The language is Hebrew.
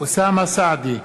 אוסאמה סעדי,